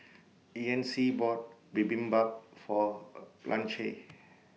Yancy bought Bibimbap For Blanche